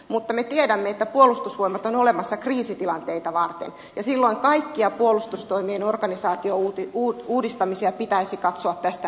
mutta me tiedämme että puolustusvoimat on olemassa kriisitilanteita varten ja silloin kaikkia puolustustoimien organisaatiouudistamisia pitäisi katsoa tästä näkökulmasta